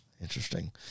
Interesting